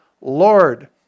Lord